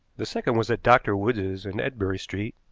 the second was at dr. wood's in ebury street,